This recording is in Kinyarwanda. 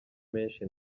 menshi